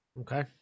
okay